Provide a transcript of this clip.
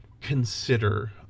consider